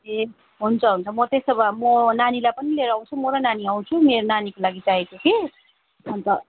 ए हुन्छ हुन्छ म त्यसो भए म नानीलाई पनि लिएर आउँछु म र नानी आउँछु मेरो नानीको लागि चाहिएको कि अन्त